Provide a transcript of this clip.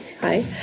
Hi